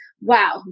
wow